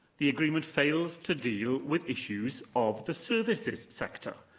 the agreement fails to deal with issues of the services sector,